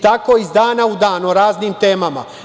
Tako iz dana u dan o raznim temama.